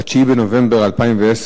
9 בנובמבר 2010,